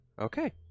Okay